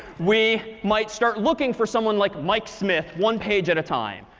we might start looking for someone like mike smith, one page at a time.